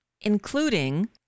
including